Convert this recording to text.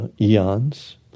eons